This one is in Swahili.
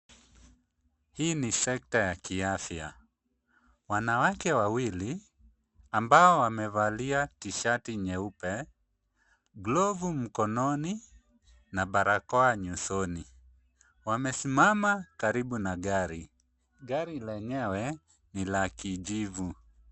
Hili ni sekta ya kiafya, wanawake wawili ambao wamevalia tisheti nyeupe, glovu mikononi na barakoa nyusoni. Wamesimama karibu na gari, gari lenyewe ni la kijivu.